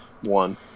one